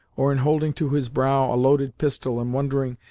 or in holding to his brow a loaded pistol and wondering,